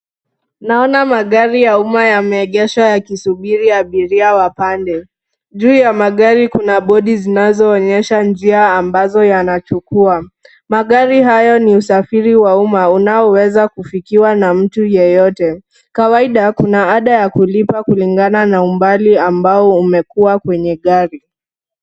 Naona magari ya uma yameegeshwa yakisubiri abiria wapande. Juu ya magari kuna bodi zinazoonyesha njia ambazo yanachukua. Magari haya ni usafiri wa umma unaoweza kufikiwa na mtu yeyote. Kawaida kuna ada ya kulipa kulingana na umbali ambao umekuwa kwenye gari.